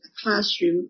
classroom